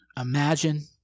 Imagine